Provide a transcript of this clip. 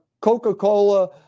coca-cola